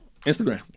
Instagram